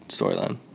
Storyline